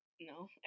no